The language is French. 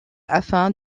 afin